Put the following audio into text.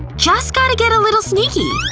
just gotta get a little sneaky.